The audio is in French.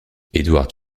edward